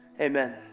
Amen